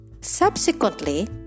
Subsequently